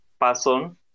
person